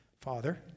Father